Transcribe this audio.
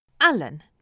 Alan